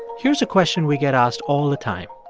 here's a question we get asked all the time